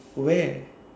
where